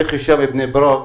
איך אישה בבני ברק